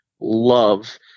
love